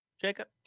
Jacob